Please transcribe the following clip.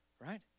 right